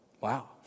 Wow